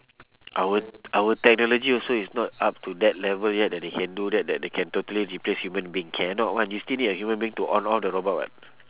our our technology also is not up to that level yet that they can do that that they can totally replace human being cannot [one] you still need a human being to on all the robot [what]